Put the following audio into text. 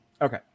Okay